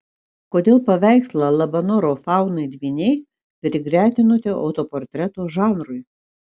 kodėl paveikslą labanoro faunai dvyniai prigretinote autoportreto žanrui